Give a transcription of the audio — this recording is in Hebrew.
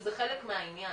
שזה חלק מהעניין.